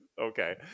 Okay